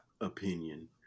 opinion